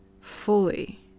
fully